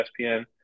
ESPN